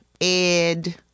Ed